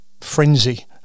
frenzy